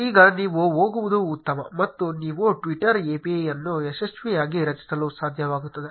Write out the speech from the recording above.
ಈಗ ನೀವು ಹೋಗುವುದು ಉತ್ತಮ ಮತ್ತು ನೀವು ಟ್ವಿಟರ್ API ಅನ್ನು ಯಶಸ್ವಿಯಾಗಿ ರಚಿಸಲು ಸಾಧ್ಯವಾಗುತ್ತದೆ